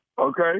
Okay